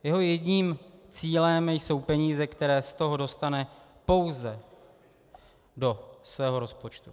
Jeho jediným cílem jsou peníze, které z toho dostane pouze do svého rozpočtu.